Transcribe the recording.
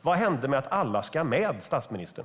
Vad hände med att alla ska med, statsministern!